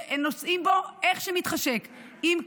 שנוסעים בו איך שמתחשק: עם קסדות,